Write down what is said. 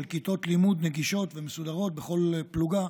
כיתות לימוד נגישות ומסודרות בכל פלוגה,